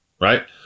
right